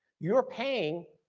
you're paying,